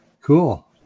Cool